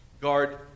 guard